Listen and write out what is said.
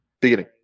beginning